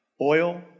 Oil